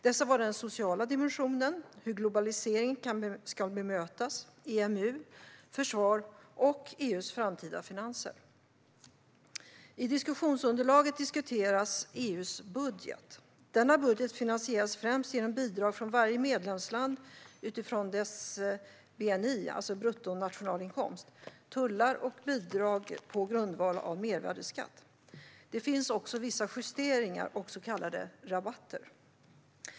Dessa var den sociala dimensionen, hur globaliseringen ska bemötas, EMU, försvar och EU:s framtida finanser. I diskussionsunderlaget diskuteras EU:s budget. Denna budget finansieras främst genom bidrag från varje medlemsland utifrån dess bni, alltså bruttonationalinkomst, samt genom tullar och bidrag på grundval av mervärdesskatt. Det finns också vissa justeringar och så kallade rabatter.